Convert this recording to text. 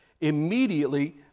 immediately